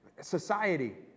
society